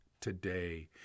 today